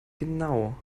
genau